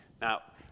Now